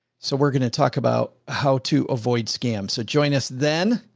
so we're going to talk about how to avoid scams. so join us then.